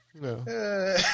No